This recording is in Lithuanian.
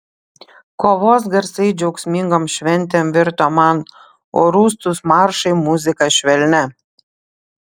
kovos garsai džiaugsmingom šventėm virto man o rūstūs maršai muzika švelnia